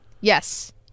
Yes